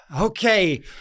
Okay